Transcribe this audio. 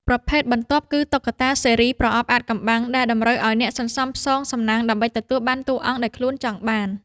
ប្រភេទបន្ទាប់គឺ តុក្កតាស៊េរីប្រអប់អាថ៌កំបាំង ដែលតម្រូវឱ្យអ្នកសន្សំផ្សងសំណាងដើម្បីទទួលបានតួអង្គដែលខ្លួនចង់បាន។